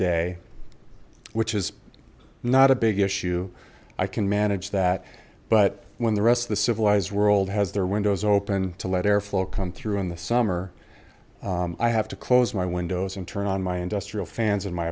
day which is not a big issue i can manage that but when the rest of the civilized world has their windows open to let air flow come through in the summer i have to close my windows and turn on my industrial fans in my